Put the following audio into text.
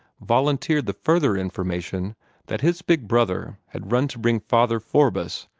volunteered the further information that his big brother had run to bring father forbess,